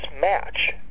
match